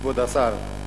כבוד השר,